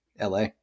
LA